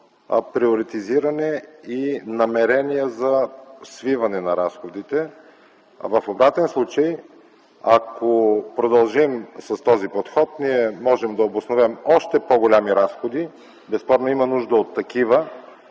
приоритизиране и намерения за свиване на разходите. В обратен случай, ако продължим с този подход, можем да обосновем още по-големи разходи. Безспорно има нужда от такива.